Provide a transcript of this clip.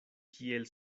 kiel